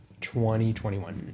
2021